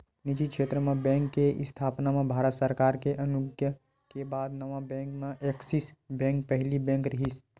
निजी छेत्र म बेंक के इस्थापना म भारत सरकार के अनुग्या के बाद नवा बेंक म ऐक्सिस बेंक पहिली बेंक रिहिस